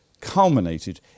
culminated